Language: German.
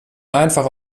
einfach